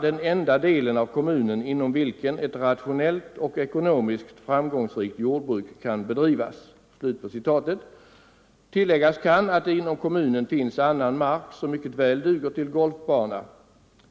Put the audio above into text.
”den enda delen av kommunen inom vilken ett rationellt och ekonomiskt framgångsrikt jordbruk kan bedrivas”. Tilläggas kan att det inom kommunen finns annan mark som mycket väl duger till golfbana.